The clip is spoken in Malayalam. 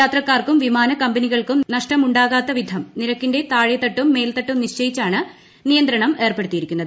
യാത്രക്കാർക്കും വിമാനക്കമ്പനികൾക്കും നഷ്ടം ഉണ്ടാകാത്ത വിധം നിരക്കിന്റെ താഴെത്തട്ടും മേൽത്തട്ടും നിശ്ചയിച്ചാണ് നിയന്ത്രണം ഏർപ്പെടുത്തിയിരിക്കുന്നത്